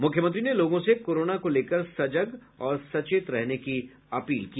मुख्यमंत्री ने लोगों से कोरोना को लेकर सजग और सचेत रहने की अपील की